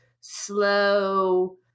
slow